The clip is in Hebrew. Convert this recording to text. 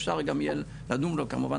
אפשר גם יהיה לדון וכמובן,